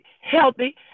healthy